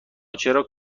چرا